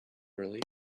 early